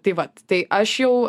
tai vat tai aš jau